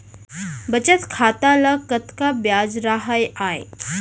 बचत खाता ल कतका ब्याज राहय आय?